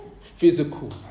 physical